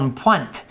point